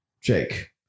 Jake